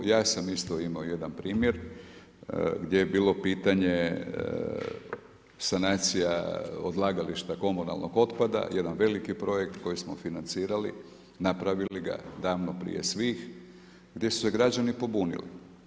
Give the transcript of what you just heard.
Ja sam isto imao jedan primjer gdje je bilo pitanje sanacija odlagališta komunalnog otpada, jedan veliki projekt koji smo financirali, napravili ga davno prije svih gdje su se građani pobunili.